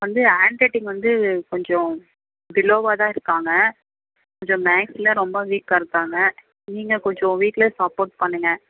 வந்து hand writing வந்து கொஞ்சம் பிலோவாக தான் இருக்காங்க கொஞ்சம் மேக்ஸில் ரொம்ப வீக்காக இருக்காங்க நீங்கள் கொஞ்சம் வீட்டில் சப்போர்ட் பண்ணுங்கள்